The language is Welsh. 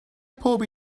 pob